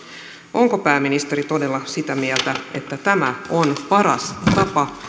onko pääministeri todella sitä mieltä että tämä on paras tapa